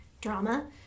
drama